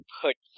put